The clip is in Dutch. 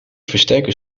versterker